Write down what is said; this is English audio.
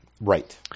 Right